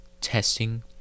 testing